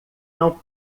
não